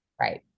Right